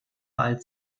alt